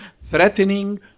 threatening